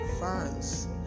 fans